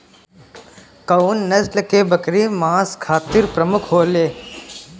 कउन नस्ल के बकरी मांस खातिर प्रमुख होले?